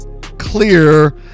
clear